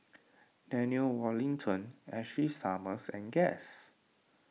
Daniel Wellington Ashley Summers and Guess